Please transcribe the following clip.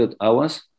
hours